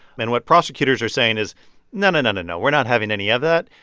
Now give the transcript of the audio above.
and what prosecutors are saying is no, no, no, no, no, we're not having any of that.